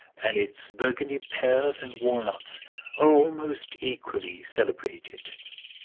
and its burgundy pears and walnuts are almost equally celebrated.